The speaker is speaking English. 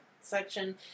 section